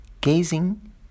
gazing